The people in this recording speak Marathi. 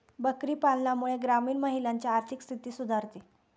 बकरी पालनामुळे ग्रामीण महिलांची आर्थिक स्थिती सुधारते